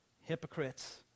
hypocrites